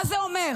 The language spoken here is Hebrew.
מה זה אומר?